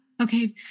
okay